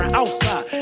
outside